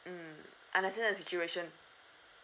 mm understand the situation